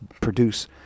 produce